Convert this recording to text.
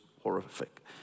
horrific